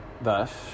Thus